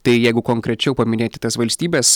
tai jeigu konkrečiau paminėti tas valstybes